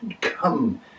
come